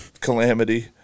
Calamity